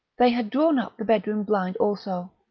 they had drawn up the bedroom blind also,